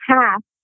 half